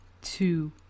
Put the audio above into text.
two